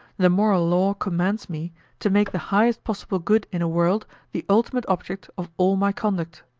the moral law commands me to make the highest possible good in a world the ultimate object of all my conduct.